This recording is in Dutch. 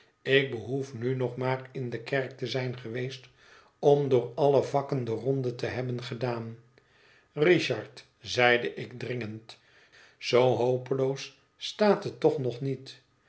ik behoef nu nog maar in de kerk te zijn geweest om door alle vakken de ronde te nebben gedaan richard zeide ik dringend zoo hopeloos staat het toch nog niet